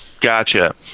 gotcha